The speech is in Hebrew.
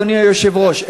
אדוני היושב-ראש,